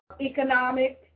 economic